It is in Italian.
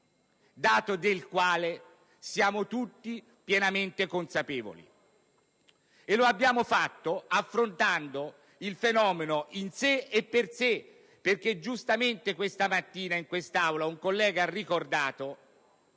dato del quale siamo tutti pienamente consapevoli. Lo abbiamo fatto affrontando il fenomeno in sé e per sé, perché giustamente questa mattina in quest'Aula un collega ha ricordato